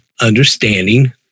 understanding